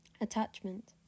Attachment